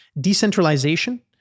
decentralization